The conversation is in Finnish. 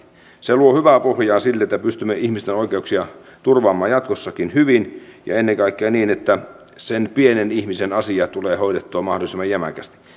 se luo hyvää pohjaa sille että pystymme ihmisten oikeuksia turvaamaan jatkossakin hyvin ja ennen kaikkea niin että sen pienen ihmisen asia tulee hoidettua mahdollisimman jämäkästi